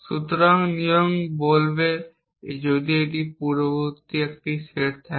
সুতরাং নিয়ম মূলত বলবে যদি এটির পূর্ববর্তী একটি সেট থাকে